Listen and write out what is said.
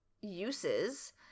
uses